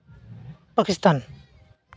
Pakistan